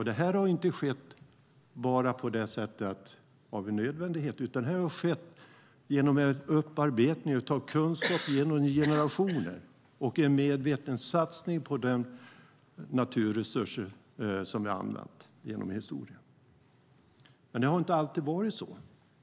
Det har inte skett bara av nödvändighet, utan det har skett genom en upparbetning av kunskap genom generationer och en medveten satsning på de naturresurser som vi har använt genom historien. Men det har inte alltid varit så.